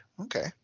okay